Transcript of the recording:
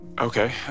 Okay